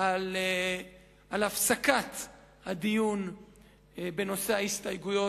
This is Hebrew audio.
על הפסקת הדיון בנושא ההסתייגויות,